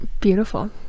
beautiful